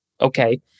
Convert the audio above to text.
okay